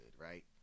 right